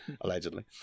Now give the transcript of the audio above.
allegedly